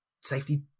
safety